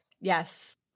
Yes